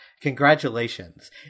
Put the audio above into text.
Congratulations